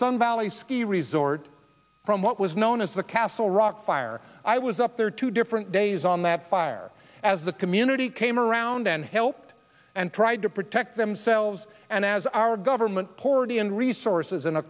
sun valley ski resort from what was known as the castle rock fire i was up there two different days on that fire as the community came around and helped and tried to protect themselves and as our government poured the and resources in a